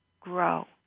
grow